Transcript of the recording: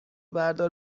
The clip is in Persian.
بردار